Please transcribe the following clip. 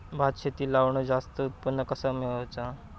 भात शेती लावण जास्त उत्पन्न कसा मेळवचा?